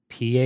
PA